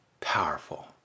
powerful